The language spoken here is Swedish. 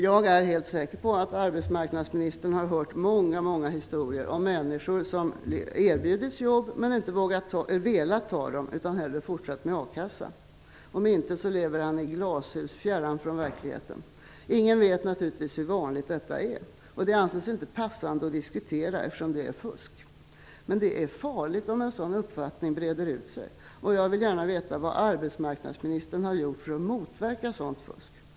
Jag är helt säker på att arbetsmarknadsministern har hört många historier om människor som erbjudits jobb men som inte velat ta dem utan hellre fortsatt med a-kassa. Om inte, lever han i ett glashus fjärran från verkligheten. Ingen vet naturligtvis hur vanligt detta är. Och det anses inte passande att diskutera det, eftersom det är fusk. Men det är farligt om en sådan uppfattning breder ut sig. Jag vill gärna veta vad arbetsmarknadsministern har gjort för att motverka sådant fusk.